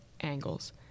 angles